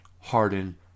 harden